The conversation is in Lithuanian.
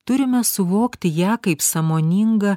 turime suvokti ją kaip sąmoningą